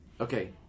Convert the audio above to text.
Okay